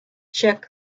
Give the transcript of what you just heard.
czech